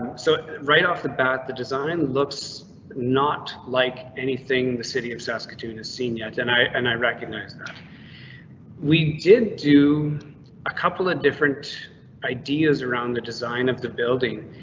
so right off the bat the design looks not like anything. the city of saskatoon is seen yet, and i and i recognize that we did do a couple of different ideas around the design of the building.